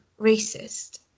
racist